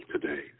today